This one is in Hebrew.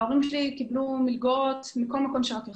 ההורים שלי קיבלו מלגות מכל מקום שרק יכלו.